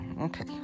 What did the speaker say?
okay